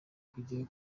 kujyayo